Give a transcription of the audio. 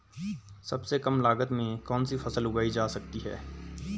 सबसे कम लागत में कौन सी फसल उगाई जा सकती है